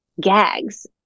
gags